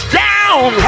down